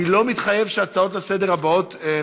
אני לא מתחייב שנדון בהצעות הבאות לסדר-היום.